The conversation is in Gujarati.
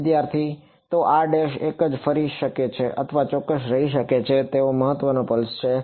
વિદ્યાર્થી તો r એકજ ફરી શકે અથવા ચોક્કસ રહી શકે તેવો મહત્વ નો પલ્સ છે